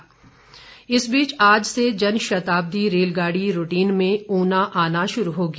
rail सेवा इस बीच आज से जन शताब्दी रेलगाड़ी रूटीन में ऊना आना शुरू होगी